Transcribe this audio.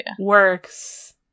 works